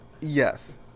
Yes